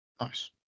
Nice